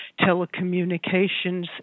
Telecommunications